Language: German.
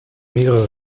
mehrere